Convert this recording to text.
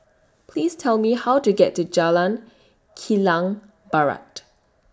Please Tell Me How to get to Jalan Kilang Barat